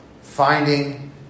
finding